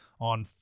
on